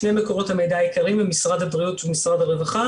שני מקורות המידע העיקריים הם משרד הבריאות ומשרד הרווחה,